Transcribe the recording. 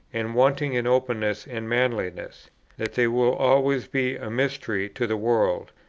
and wanting in openness and manliness that they will always be a mystery to the world,